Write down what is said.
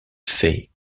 fay